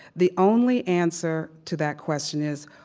the only answer to that question is,